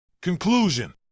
Conclusion